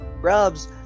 Grubs